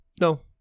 No